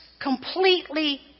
completely